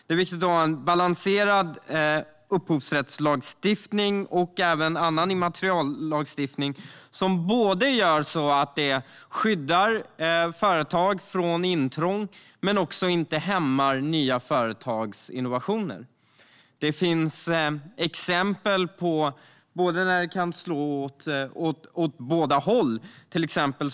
Det är viktigt att ha en balanserad upphovsrättslagstiftning och även annan immateriallagstiftning som skyddar företag från intrång och inte hämmar nya företagsinnovationer. Det finns exempel på när det kan slå åt båda hållen.